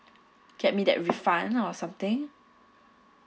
get me that refund or something